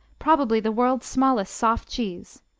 probably the world's smallest soft cheese,